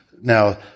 Now